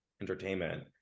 entertainment